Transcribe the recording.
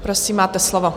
Prosím, máte slovo.